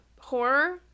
horror